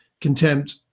contempt